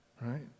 right